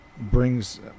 brings